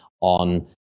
on